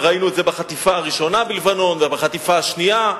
וראינו את זה בחטיפה הראשונה בלבנון ובחטיפה השנייה,